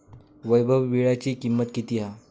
वैभव वीळ्याची किंमत किती हा?